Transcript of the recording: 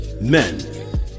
Men